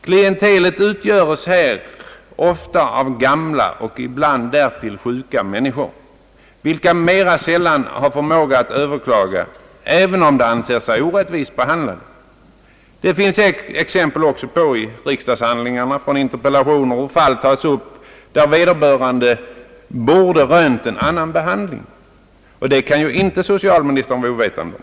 Klientelet utgöres ofta av gamla och ibland dessutom sjuka människor, vilka mera sällan har förmåga att överklaga, även om de anser sig orättvist behandlade. Det finns i riksdagshandlingarna «interpellationer med exempel på fall där vederbörande borde ha rönt en annan behandling. Detta kan ju inte socialministern vara ovetande om.